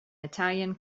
italian